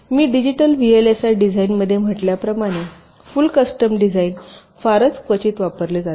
मी digital VLSI डिझाइनमध्ये म्हटल्याप्रमाणेफुल custom design फारच क्वचितच वापरले जाते